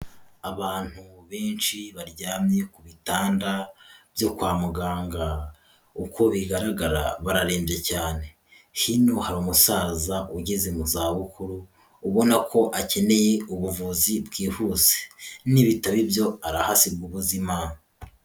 Abantu benshi baryamye ku bitanda byo kwa muganga, uko bigaragara bararembye cyane hino hari umusaza ugeze mu za bukuru, ubona ko akeneye ubuvuzi bwihuse, ni bitaba ibyo arahasigarwa ubuzima.